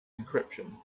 encryption